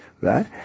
Right